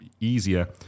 easier